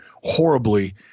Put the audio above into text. horribly